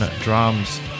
drums